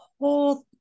whole